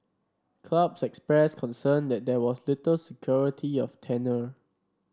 clubs expressed concern that there was little security of tenure